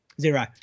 Zero